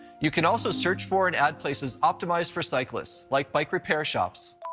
you can also search for and add places optimized for cyclists, like bike repair shops.